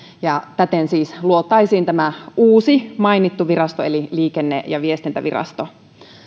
ja täten siis luotaisiin tämä uusi mainittu virasto eli liikenne ja viestintävirasto